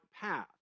path